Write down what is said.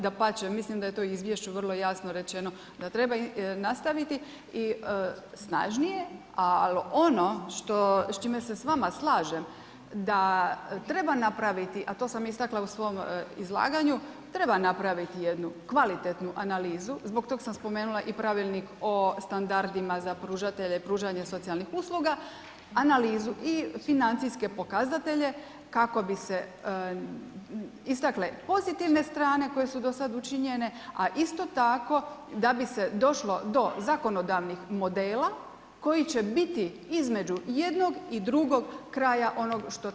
Dapače, mislim da je to u Izvješću vrlo jasno rečeno da treba nastaviti i snažnije, ali ono što, s čime se s vama slažem da treba napraviti, a to sam istakla u svom izlaganju, treba napraviti jednu kvalitetnu analizu, zbog tog sam spomenula i Pravilnik o standardima za pružatelje, pružanje socijalnih usluga, analizu i financijske pokazatelje kako bi se istakle pozitivne strane koje su do sada učinjene, a isto tako da bi se došlo do zakonodavnih modela koji će biti između jednog i drugog kraja onog što trenutno imamo.